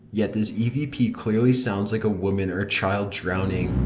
yet this evp clearly sounds like a woman or child drowning.